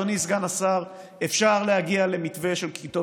אדוני סגן השר: אפשר להגיע למתווה של כיתות